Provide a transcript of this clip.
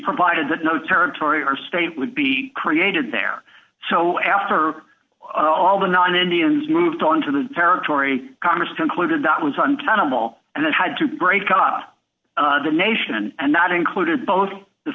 provided that no territory or state would be created there so after all the non indians moved on to the territory congress concluded that was untenable and then had to break up the nation and that included both the